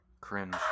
cringe